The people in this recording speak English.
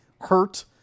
hurt